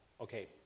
Okay